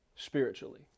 spiritually